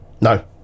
No